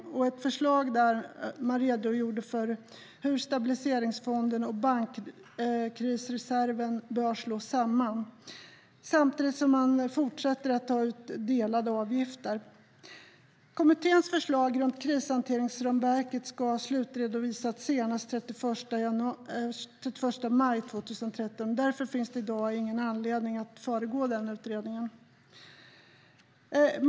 Det är ett förslag där man redogör för att Stabilitetsfonden och bankkrisreserven bör slås samman samtidigt som man fortsätter att ta ut delade avgifter. Kommitténs förslag om krishanteringsramverket ska slutredovisas senast den 31 maj 2013. Därför finns det i dag ingen anledning att föregå den utredningen.